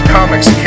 Comics